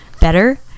better